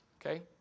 Okay